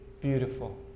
beautiful